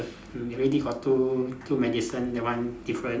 already got two two medicine that one different